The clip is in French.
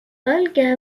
olga